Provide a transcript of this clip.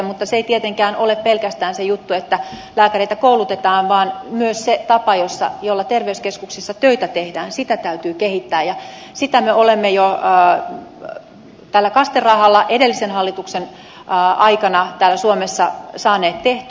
mutta se ei tietenkään ole pelkästään se juttu että lääkäreitä koulutetaan vaan myös sitä tapaa jolla terveyskeskuksissa töitä tehdään täytyy kehittää ja sitä me olemme jo kaste rahalla edellisen hallituksen aikana suomessa saaneet tehtyä